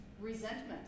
resentment